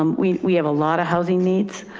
we we have a lot of housing needs.